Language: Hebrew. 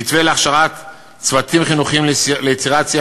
מתווה להכשרת צוותים חינוכיים ליצירת שיח